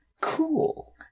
cool